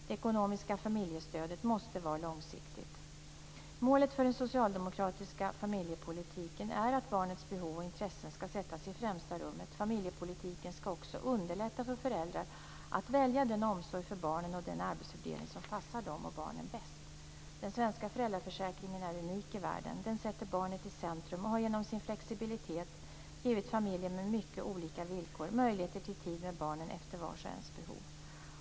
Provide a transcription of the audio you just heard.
Det ekonomiska familjestödet måste vara långsiktigt. Målet för den socialdemokratiska familjepolitiken är att barnets behov och intressen skall sättas i främsta rummet. Familjepolitiken skall också underlätta för föräldrar att välja den omsorg för barnen och den arbetsfördelning som passar dem och barnen bäst. Den svenska föräldraförsäkringen är unik i världen. Den sätter barnet i centrum och har genom sin flexibilitet givit familjer med mycket olika villkor möjligheter till tid med barnen efter vars och ens behov.